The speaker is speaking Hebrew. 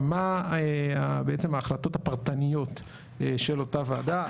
מה בעצם ההחלטות הפרטניות של אותה ועדה?